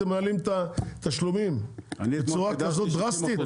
אתם מעלים את התשלומים בצורה כזו דרסטית?